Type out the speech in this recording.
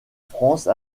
france